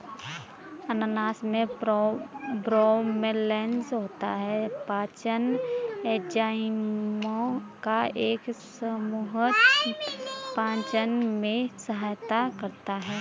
अनानास में ब्रोमेलैन होता है, पाचन एंजाइमों का एक समूह पाचन में सहायता करता है